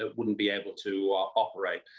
ah wouldn't be able to operate.